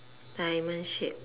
diamond shaped